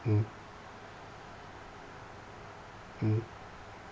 mm mm